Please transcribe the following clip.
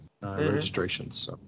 registrations